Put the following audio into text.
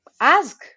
ask